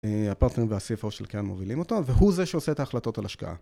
הפרטנרים והספר של כאן מובילים אותו, והוא זה שעושה את ההחלטות על השקעה.